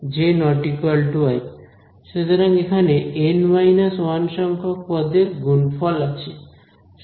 সুতরাং এখানে N 1 সংখ্যক পদের গুণফল আছে